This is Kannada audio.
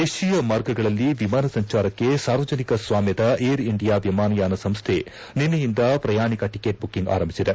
ದೇತೀಯ ಮಾರ್ಗಗಳಲ್ಲಿ ವಿಮಾನ ಸಂಚಾರಕ್ಕೆ ಸಾರ್ವಜನಿಕ ಸ್ವಾಮ್ಖದ ಏರ್ ಇಂಡಿಯಾ ವಿಮಾನಯಾನ ಸಂಸ್ವೆ ನಿನ್ನೆಯಿಂದ ಪ್ರಯಾಣಿಕ ಟಿಕೆಟ್ ಬುಕ್ಕಂಗ್ ಆರಂಭಿಸಿದೆ